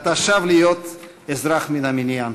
אתה שב להיות אזרח מן המניין.